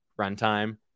runtime